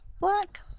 black